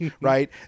right